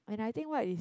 and I think what is